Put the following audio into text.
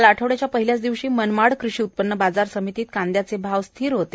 काल आठवड्याच्या पहिल्याच दिवशी मनमाड कृषी उत्पन्न बाजार समितीत कांद्याचे भाव स्थिर होते